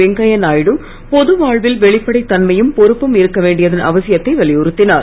வெங்கய்யா நாயுடு பொது வாழ்வில் வெளிப்படை தன்மையும் பொறுப்பும் இருக்க வேண்டியதன் அவசியத்தை வலியுறுத்தினார்